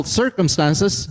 circumstances，